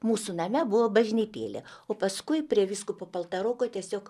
mūsų name buvo bažnytėlė o paskui prie vyskupo paltaroko tiesiog